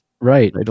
Right